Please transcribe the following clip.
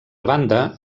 banda